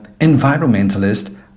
environmentalist